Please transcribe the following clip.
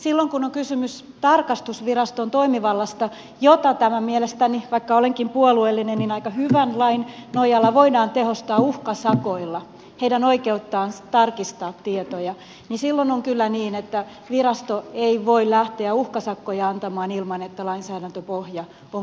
silloin kun on kysymys tarkastusviraston toimivallasta ja kun tämän mielestäni vaikka olenkin puolueellinen aika hyvän lain nojalla heidän oikeuttaan tarkistaa tietoja voidaan tehostaa uhkasakoilla silloin on kyllä niin että virasto ei voi lähteä uhkasakkoja antamaan ilman että lainsäädäntöpohja on kunnossa